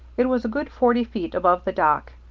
it was a good forty feet above the dock.